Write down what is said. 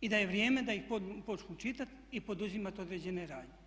i da je vrijeme da ih počnu čitati i poduzimati određene radnje.